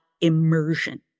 immersion